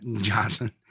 Johnson